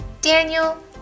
Daniel